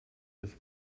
with